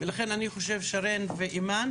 ולכן אני חושב, שרן ואימאן,